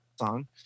song